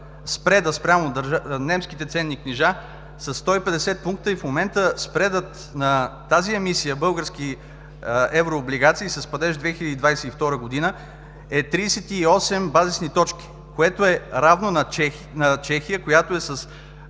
спреда спрямо немските ценни книжа със 150 пункта и в момента спредът на тази емисия български еврооблигации с падеж 2022 г. е 38 базисни точки, което е равно на Чехия, която е с